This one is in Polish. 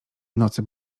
nocy